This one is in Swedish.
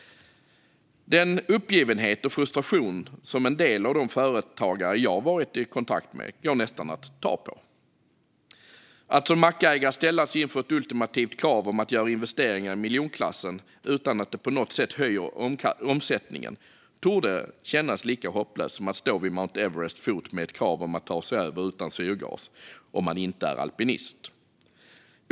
Uppgivenheten och frustrationen hos en del av de företagare jag har varit i kontakt med går nästan att ta på. Att som mackägare ställas inför ett ultimativt krav att göra investeringar i miljonklassen utan att det på något sätt höjer omsättningen torde kännas lika hopplöst som att stå vid Mount Everests fot med ett krav att ta sig över utan syrgas, om man inte är alpinist.